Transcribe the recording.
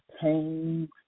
Pain